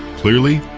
clearly,